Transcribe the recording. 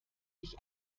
ich